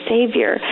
Savior